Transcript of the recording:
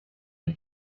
une